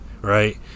right